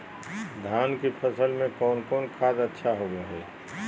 धान की फ़सल में कौन कौन खाद अच्छा होबो हाय?